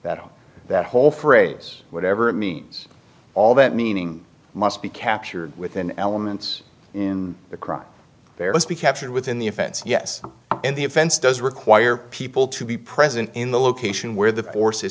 that that whole phrase whatever it means all that meaning must be captured within elements in the crime there must be captured within the offense yes and the offense does require people to be present in the location where the forces